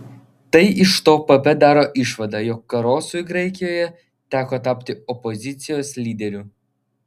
tai iš to pp daro išvadą jog karosui graikijoje teko tapti opozicijos lyderiu